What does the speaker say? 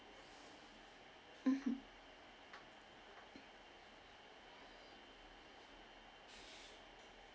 mmhmm